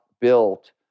built